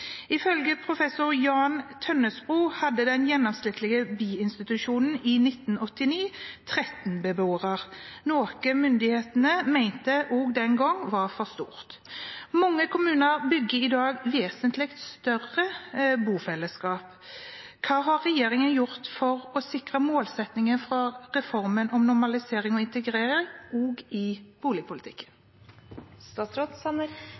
Ifølge professor Jan Tøssebro hadde den gjennomsnittlige biinstitusjonen i 1989 13 beboere, noe myndighetene også den gang mente var for stort. Mange kommuner bygger i dag vesentlig større bofellesskap. Hva har regjeringen gjort for å sikre målsettingen fra reformen om normalisering og integrering også i